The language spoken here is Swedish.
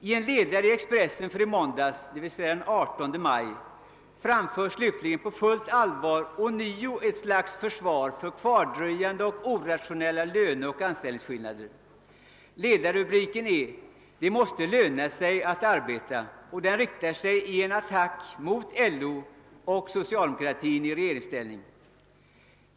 I en ledare i Expressen den 18 maj framfördes ånyo på fullt allvar ett slags försvar för kvardröjande och ickerationella löneoch anställningsskillnader. Ledarrubriken lydde: >Det måste löna sig att arbeta.> Det riktas sedan i ledaren en attack mot LO och mot socialdemokratin i regeringsställning.